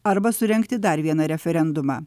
arba surengti dar vieną referendumą